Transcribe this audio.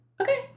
Okay